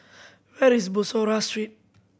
where is Bussorah Street